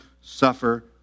suffer